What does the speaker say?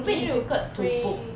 you need to pray ya